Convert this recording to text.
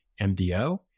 MDO